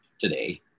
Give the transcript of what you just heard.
today